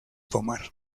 pomar